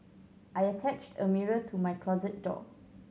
I attached a mirror to my closet door